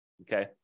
okay